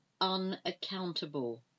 unaccountable